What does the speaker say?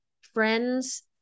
friends